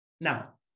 now